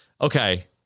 Okay